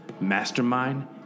Mastermind